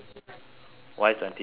why twenty twenty one